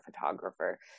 photographer